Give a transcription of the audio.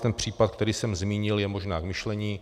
Ten případ, který jsem zmínil, je možná k zamyšlení.